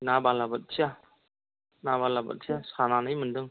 ना बालाबोथिया ना बालाबोथिया सानानै मोन्दोें